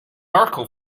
mirco